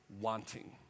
wanting